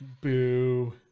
Boo